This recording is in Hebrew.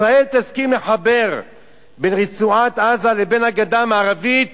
"ישראל תסכים לחבר בין רצועת-עזה לבין הגדה המערבית